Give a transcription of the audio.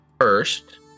First